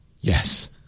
yes